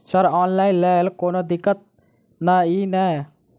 Sir online लैल कोनो दिक्कत न ई नै?